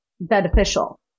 beneficial